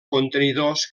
contenidors